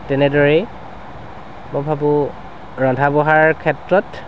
তেনেদৰেই মই ভাবো ৰন্ধা বঢ়াৰ ক্ষেত্ৰত